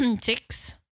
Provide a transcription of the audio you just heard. Six